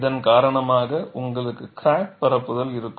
இதன் காரணமாக உங்களுக்கு கிராக் பரப்புதல் இருக்கும்